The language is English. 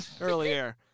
earlier